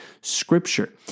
scripture